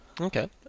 Okay